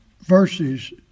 verses